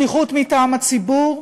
שליחות מטעם הציבור.